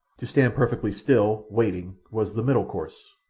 to stand perfectly still, waiting, was the middle course.